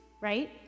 Right